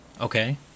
Okay